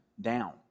down